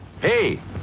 Hey